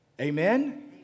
Amen